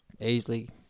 easily